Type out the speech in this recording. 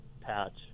patch